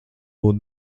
būt